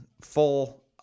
full